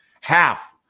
half